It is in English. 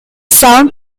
sound